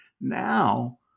Now